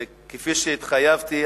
וכפי שהתחייבתי,